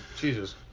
Jesus